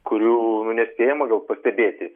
kurių nu nespėjama gal pastebėti